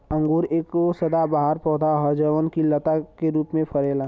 अंगूर एगो सदाबहार पौधा ह जवन की लता रूप में फरेला